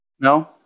No